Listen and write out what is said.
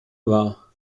war